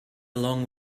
along